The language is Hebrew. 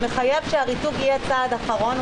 מחייב שהריתוק יהיה צעד אחרון,